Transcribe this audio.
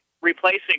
replacing